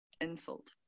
insult